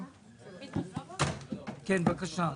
כן, בבקשה.